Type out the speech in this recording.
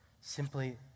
Simply